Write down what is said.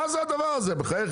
מה זה הדבר הזה בחייכם?